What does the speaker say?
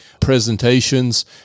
presentations